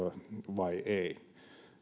vai ei